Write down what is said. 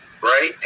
Right